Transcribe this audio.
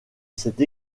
cette